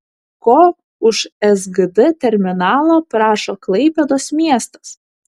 ko už sgd terminalą prašo klaipėdos miestas